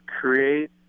create